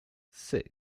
six